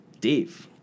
Dave